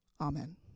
Amen